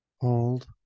hold